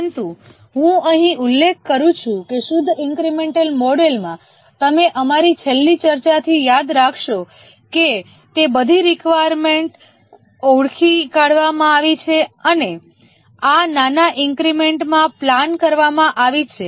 પરંતુ હું અહીં ઉલ્લેખ કરું છું કે શુદ્ધ ઈન્ક્રિમેન્ટલ મોડેલમાં તમે અમારી છેલ્લી ચર્ચાથી યાદ રાખશો કે તે બધી રિકવાયર્મેન્ટઓ ઓળખી કાઢવામાં આવી છે અને આ નાના ઈન્ક્રિમેન્ટમાં પ્લાન કરવામાં આવી છે